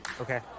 Okay